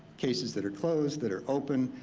cases that are closed, that are open,